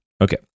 Okay